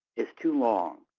is too long.